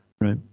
right